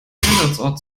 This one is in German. einsatzort